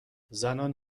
زنان